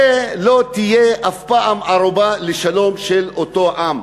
זו לא תהיה אף פעם ערובה לשלום של אותו עם.